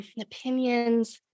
opinions